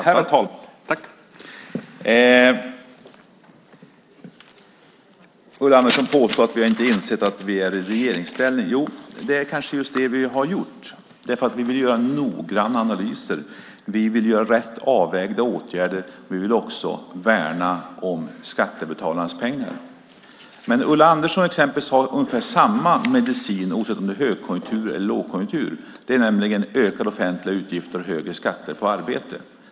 Herr talman! Ulla Andersson påstår att vi inte har insett att vi är i regeringsställning. Det kanske är just det vi har gjort. Vi vill göra noggranna analyser, vi vill vidta rätt avvägda åtgärder och vi vill värna om skattebetalarnas pengar. Ulla Andersson har ungefär samma medicin oavsett om det är högkonjunktur eller lågkonjunktur, nämligen ökade offentliga utgifter och högre skatter på arbete.